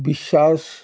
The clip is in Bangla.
বিশ্বাস